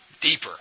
deeper